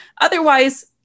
Otherwise